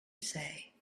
say